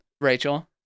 Rachel